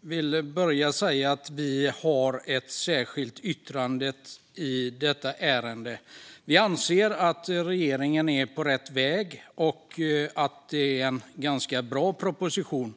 vill börja med att säga att vi har ett särskilt yttrande i detta ärende. Vi anser att regeringen är på rätt väg och att det är en ganska bra proposition.